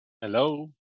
Hello